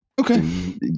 okay